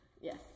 Yes